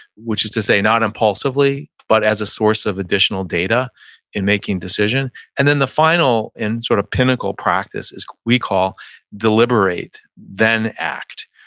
which is to say, not impulsively, but as a source of additional data in making decision and then the final and sort of pinnacle practice is we call deliberate then act.